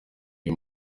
uyu